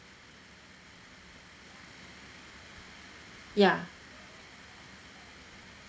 ya